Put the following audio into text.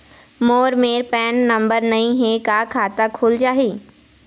मोर मेर PAN number नई हे का खाता खुल जाही?